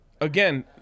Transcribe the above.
again